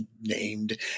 named